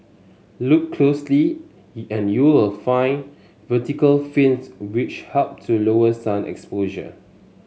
look closely and you'll find vertical 'fins' which help to lower sun exposure